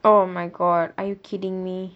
oh my god are you kidding me